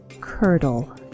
Curdle